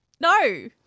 No